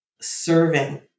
serving